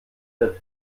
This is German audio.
der